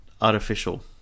artificial